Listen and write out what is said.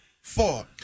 four